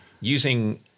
using